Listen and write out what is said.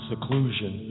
seclusion